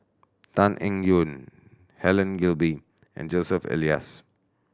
Tan Eng Yoon Helen Gilbey and Joseph Elias